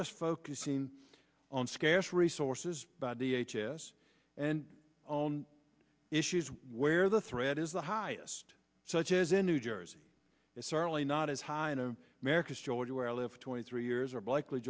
just focusing on scarce resources by the h s and on issues where the threat is the highest such as in new jersey is certainly not as high in the americas georgia where i live twenty three years of likely